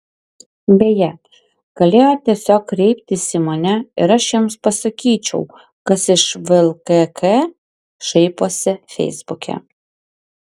beje galėjo tiesiog kreiptis į mane ir aš jiems pasakyčiau kas iš vlkk šaiposi feisbuke